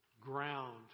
ground